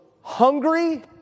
hungry